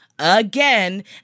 Again